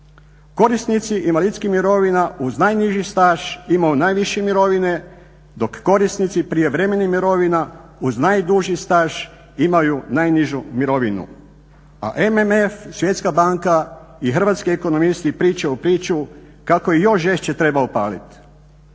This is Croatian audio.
Korisnici invalidskih mirovina uz najniži staž imao najviše mirovine dok korisnici prijevremenih mirovina uz najduži staž imaju najnižu mirovinu a MMF svjetska banka i hrvatski ekonomisti pričaju priču kako ih još žešće treba opaliti.